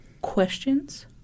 questions